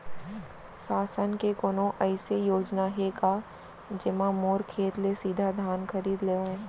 शासन के कोनो अइसे योजना हे का, जेमा मोर खेत ले सीधा धान खरीद लेवय?